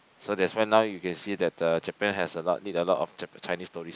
so that's why now you can see that uh Japan has a lot need a lot of Chinese tourists